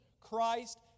Christ